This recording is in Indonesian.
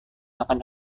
makan